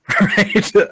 right